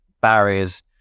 barriers